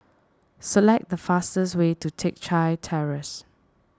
select the fastest way to Teck Chye Terrace